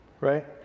right